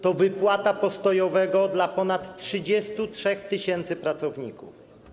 To wypłata postojowego dla ponad 33 tys. pracowników.